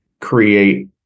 create